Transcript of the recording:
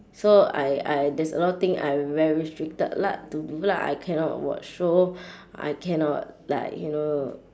so I I there's a lot of thing I very restricted lah to lah I cannot watch show I cannot like you know